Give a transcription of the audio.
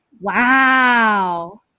Wow